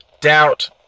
doubt